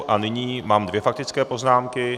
A nyní mám dvě faktické poznámky.